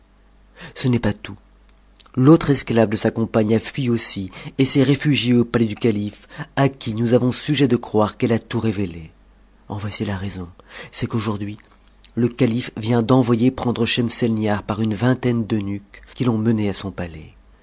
ce n'est pas tout l'autre esclave sa compagne a fui aussi et s'est réfugiée au palais du calife à qui nous avons sujet de croire qu'elle a tout révélé en voici la raison c'est qu'aujourd'hui le calife vient d'envoyer prendre schemselnihar par une vingtaine d'eunuques qui l'ont menée à son palais